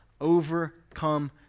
overcome